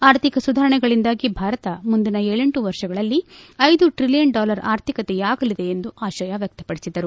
ಆರ್ಥಿಕ ಸುಧಾರಣೆಗಳಿಂದಾಗಿ ಭಾರತ ಮುಂದಿನ ಏಳೆಂಟು ವರ್ಷಗಳಲ್ಲಿ ಐದು ಟ್ರಲಿಯನ್ ಡಾಲರ್ ಆರ್ಥಿಕತೆಯಾಗಲಿದೆ ಎಂದು ಆಶಯ ವ್ಲಕ್ತಪಡಿಸಿದರು